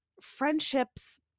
friendships